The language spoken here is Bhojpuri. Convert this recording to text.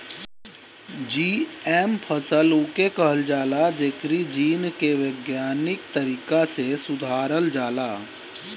जी.एम फसल उके कहल जाला जेकरी जीन के वैज्ञानिक तरीका से सुधारल जाला